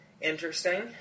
interesting